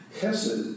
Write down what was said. Hesed